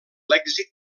lèxic